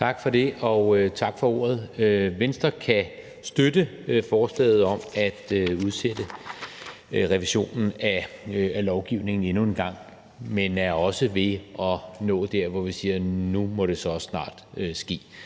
Tak for det, og tak for ordet. Venstre kan støtte forslaget om at udsætte revisionen af lovgivningen endnu en gang, men er også ved at nå dertil, hvor vi siger, at nu må det også snart ske,